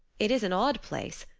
it is an odd place,